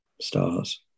stars